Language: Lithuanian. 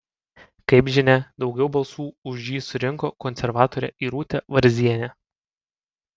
kaip žinia daugiau balsų už jį surinko konservatorė irutė varzienė